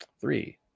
Three